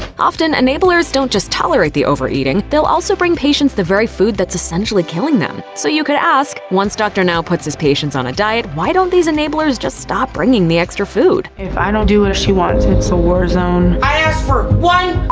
often, enablers don't just tolerate the overeating, they'll also bring patients the very food that's essentially killing them. so you could ask once dr. now puts his patients on a diet, why don't these enablers just stop bringing the extra food? if i don't do what she wants, it's a war zone. i asked for one